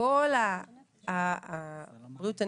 כל בריאות הנפש,